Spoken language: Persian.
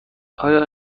آیا